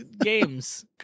games